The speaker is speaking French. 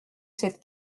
cette